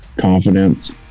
confidence